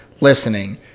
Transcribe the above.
listening